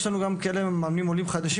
יש לנו מאמנים שהם עולים חדשים,